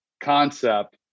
concept